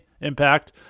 Impact